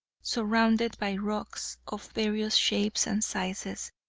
surrounded by rocks of various shapes and sizes.